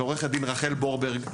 ועו"ד רחל בורברג,